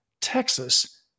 Texas